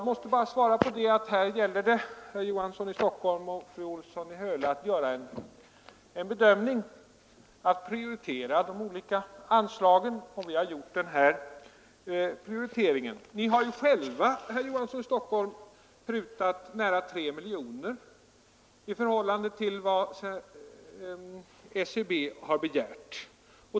Jag vill bara svara att det här gäller att prioritera de olika anslagen, och vi har gjort denna prioritering. Ni har ju själva — herr Olof Johansson i Stockholm — prutat nära 3 miljoner kronor i förhållande till vad SCB begärt.